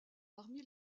parmi